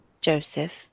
Joseph